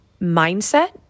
mindset